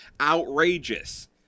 outrageous